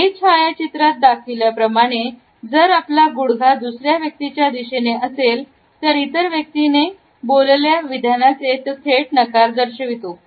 A छायाचित्रात दाखविल्याप्रमाणे जर आपला गुडघा दुसऱ्या व्यक्तीच्या दिशेने असेल तरी इतर व्यक्तीने बोललेल्या विधानाचे तो थेट नकार दर्शवितो